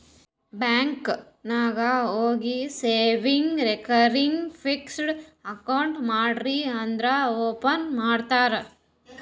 bank ನಾಗ್ ಹೋಗಿ savings, recurring, fixed account ಮಾಡ್ರಿ ಅಂದುರ್ ಓಪನ್ ಮಾಡ್ತಾರ್